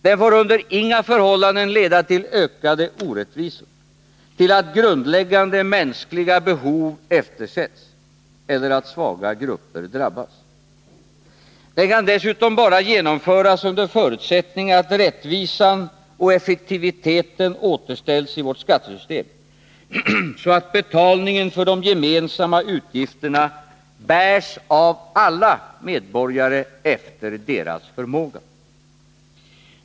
Den får under inga förhållanden leda till ökade orättvisor, till att grundläggande mänskliga behov eftersätts eller till att svaga grupper drabbas. Den kan dessutom bara genomföras under förutsättning att rättvisan och effektiviteten återställs i vårt skattesystem, så att betalningen för de gemensamma utgifterna bärs av alla efter deras förmåga.